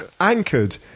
anchored